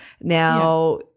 Now